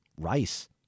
rice